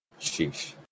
sheesh